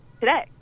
today